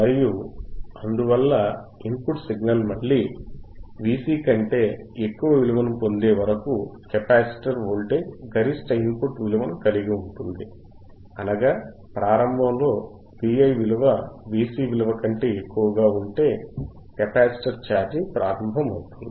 మరియు అందువల్ల input signal మళ్ళీ Vc కంటే ఎక్కువ విలువను పొందే వరకు కెపాసిటర్ వోల్టేజ్ గరిష్ట ఇన్పుట్ విలువను కలిగి ఉంటుంది అనగా ప్రారంభంలో Vi విలువ Vc విలువ కంటే ఎక్కువగా ఉంటే కెపాసిటర్ ఛార్జింగ్ ప్రారంభమవుతుంది